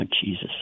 Jesus